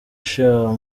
sha